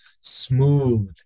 smooth